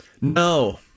No